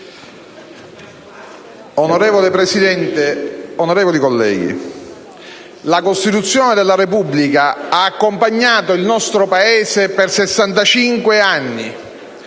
Signor Presidente, onorevoli colleghi, la Costituzione della Repubblica ha accompagnato il nostro Paese per oltre